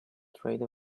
trade